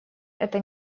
это